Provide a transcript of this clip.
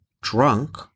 drunk